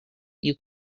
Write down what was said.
you